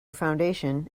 foundation